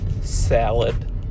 salad